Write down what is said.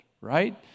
right